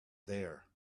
there